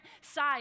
side